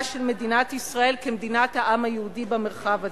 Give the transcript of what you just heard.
של מדינת ישראל כמדינת העם היהודי במרחב הזה.